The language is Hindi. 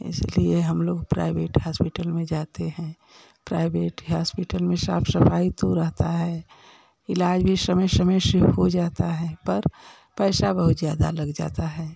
इसलिए हम लोग प्राइवेट हास्पिटल में जाते हैं प्राइवेट हास्पिटल में साफ सफाई तो रहता है इलाज़ भी समय समय से हो जाता है पर पैसा बहुत ज़्यादा लग जाता है